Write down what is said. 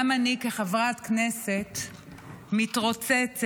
גם אני כחברת כנסת מתרוצצת